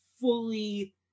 fully